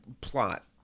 plot